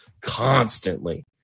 constantly